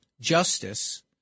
justice